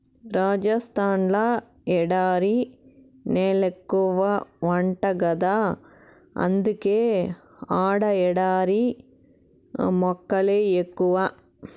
రాజస్థాన్ ల ఎడారి నేలెక్కువంట గదా అందుకే ఆడ ఎడారి మొక్కలే ఎక్కువ